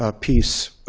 ah piece,